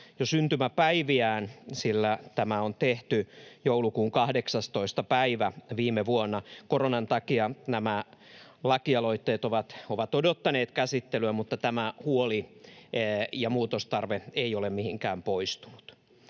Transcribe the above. jo syntymäpäiviään, sillä tämä on tehty joulukuun 18. päivä viime vuonna. Koronan takia nämä lakialoitteet ovat odottaneet käsittelyä, mutta tämä huoli ja muutostarve ei ole mihinkään poistunut.